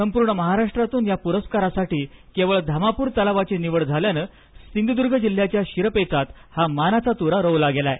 संपूर्ण महाराष्ट्रातून सदर पुरस्कारासाठी केवळ धामापूर तलावाची निवड झाल्यानं सिंधुदुर्ग जिल्ह्याच्या शीरपेचात हा मानाचा तुरा रोवला गेला आहे